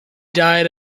died